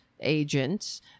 agents